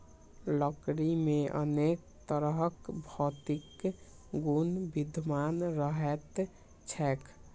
लकड़ी मे अनेक तरहक भौतिक गुण विद्यमान रहैत छैक